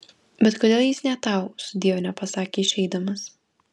bet kodėl jis nė tau sudiev nepasakė išeidamas